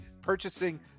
purchasing